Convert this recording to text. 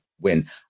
win